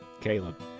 Caleb